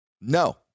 No